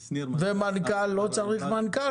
לא צריך מנכ"ל?